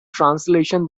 translation